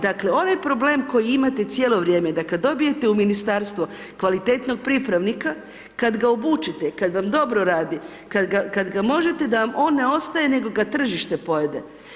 Dakle, ovaj problem koji imate cijelo vrijeme da kad dobijete u ministarstvo kvalitetnog pripravnika, kad ga obučite, kad vam dobro radi, kad ga možete da vam on ne ostaje nego ga tržište pojede.